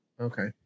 okay